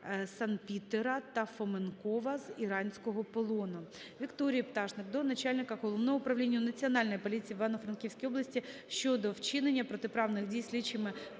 Санпітера та Фоменкова з іранського полону. Вікторії Пташник до начальника Головного управління Національної поліції в Івано-Франківській області щодо вчинення протиправних дій слідчими